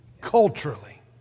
culturally